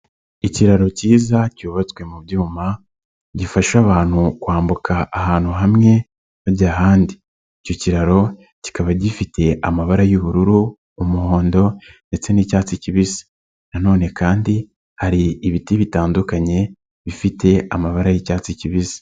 Ikiraro kiza cyubatswe mu byuma gifasha abantu kwambuka ahantu hamwe bajya ahandi, icyo kiraro kikaba gifite amabara y'ubururu ,umuhondo ndetse n'icyatsi kibisi, nanone kandi hari ibiti bitandukanye bifite amabara y'icyatsi kibisi.